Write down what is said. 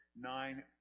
nine